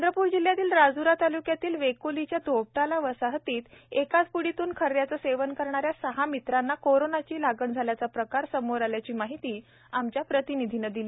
चंद्रपूर जिल्ह्यातील राज्रा तालुक्यातील वेकोलिच्या धोपटाला वसाहतीतील एकाच प्डीतून खऱ्याचे सेवन करणाऱ्या सहा मित्रांना कोरोनाची लागण झाल्याचा प्रकार समोर आल्याची माहिती आमच्या प्रतनिधीने दिली